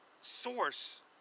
source